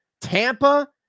Tampa